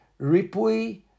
Ripui